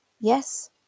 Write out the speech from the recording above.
Yes